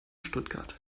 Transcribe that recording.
stuttgart